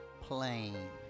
plain